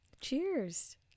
cheers